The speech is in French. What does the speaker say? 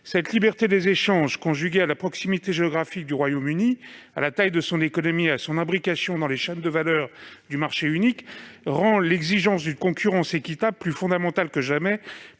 Cette liberté des échanges, conjuguée à la proximité géographique du Royaume-Uni, à la taille de son économie et à son imbrication dans les chaînes de valeur du marché unique, rend l'exigence d'une concurrence équitable plus fondamentale que jamais